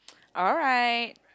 alright